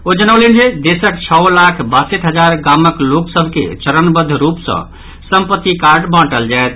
ओ जनौलनि जे देशक छओ लाख बासठि हजार गामक लोक सभ के चरणवद्व रूप सँ संपत्ति कार्ड बांटल जायत